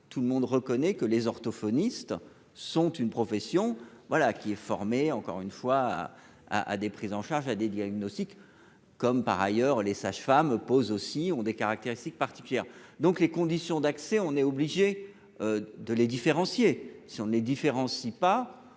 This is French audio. tout le monde reconnaît que les orthophonistes sont une profession. Voilà qui est formé. Encore une fois à, à des prises en charge à des diagnostics. Comme par ailleurs les sages-femmes posent aussi ont des caractéristiques particulières. Donc les conditions d'accès, on est obligé. De les différencier. Si on ne les différencie pas